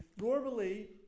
normally